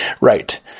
Right